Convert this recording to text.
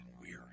weary